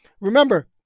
remember